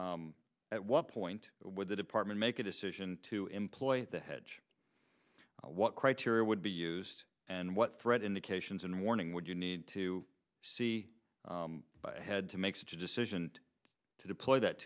e at what point would the department make a decision to employ the head what criteria would be used and what threat indications and warning would you need to see ahead to make such a decision to deploy that